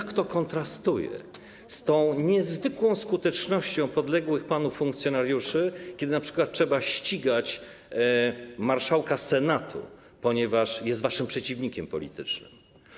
Jak to kontrastuje z tą niezwykłą skutecznością podległych panu funkcjonariuszy, kiedy np. trzeba ścigać marszałka Senatu, ponieważ jest waszym przeciwnikiem politycznym.